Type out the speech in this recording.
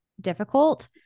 difficult